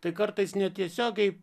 tai kartais netiesiogiai